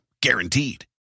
Guaranteed